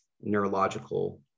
neurological